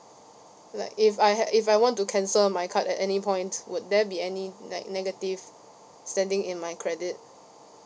like if I had if I want to cancel my card at any point would there be any ne~ negative standing in my credit